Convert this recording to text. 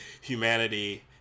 humanity